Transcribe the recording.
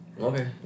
Okay